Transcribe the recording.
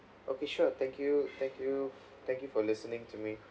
okay sure thank you thank you thank you for listening to me